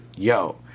yo